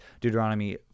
Deuteronomy